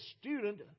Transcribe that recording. student